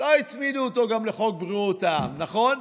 לא הצמידו אותו גם לחוק בריאות העם, נכון?